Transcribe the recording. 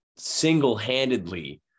single-handedly